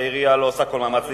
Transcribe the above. והעירייה לא עושה כל מאמץ לגבות,